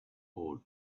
all